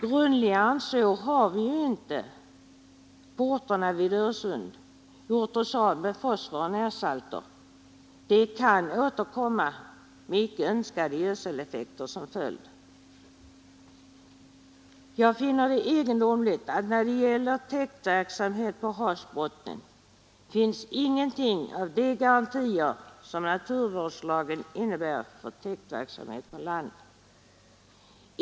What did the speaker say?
Grundligare än så har vi ju inte, på orterna vid Öresund, gjort oss av med fosfor och närsalter; de kan återkomma med icke önskade gödseleffekter som följd. Jag finner det egendomligt att när det gäller täktverksamhet på havsbottnen finns ingenting av de garantier som naturvårdslagen innebär för täktverksamhet på land.